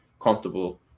comfortable